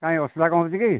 କାଇଁ ଅସୁବିଧା କ'ଣ ହେଉଛି କି